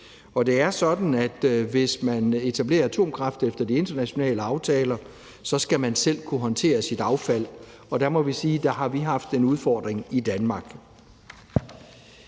Og det er sådan, at hvis man etablerer et atomkraftværk, skal man efter de internationale aftaler selv kunne håndtere sit affald. Og der må vi sige, at vi har haft en udfordring i Danmark.